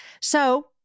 So-